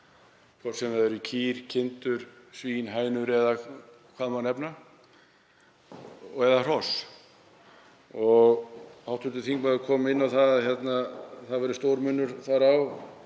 hvort sem það eru kýr, kindur, svín, hænur eða hvað má nefna, nú eða hross. Hv. þingmaður kom inn á að það sé stórmunur þar á